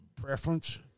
preference